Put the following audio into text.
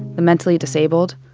the mentally disabled,